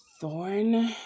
thorn